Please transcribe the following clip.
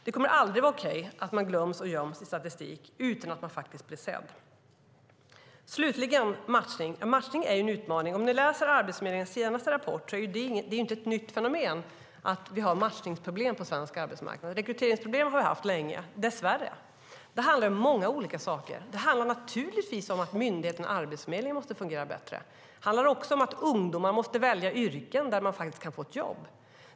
Det kommer aldrig att vara okej att man glöms och göms i statistik utan att bli sedd. Matchning är en utmaning. Om ni läser Arbetsförmedlingens senaste rapport kan ni se att det inte är ett nytt fenomen att vi har matchningsproblem på svensk arbetsmarknad. Rekryteringsproblem har vi dess värre haft länge. Det handlar om många olika saker. Det handlar naturligtvis om att myndigheten Arbetsförmedlingen måste fungera bättre. Det handlar om att ungdomar måste välja yrken där man kan få jobb.